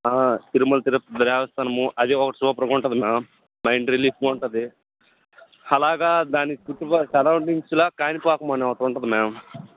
తిరుమల తిరుపతి దేవస్థానము అది ఒకటి సూపర్గుంటుంది మేడమ్ మైండ్ రిలీఫ్గా ఉంటుంది అలాగా దాన్ని చుట్టూ పక్క సరౌండింగ్స్లో కాణిపాకం అని ఒకటుంటది మ్యామ్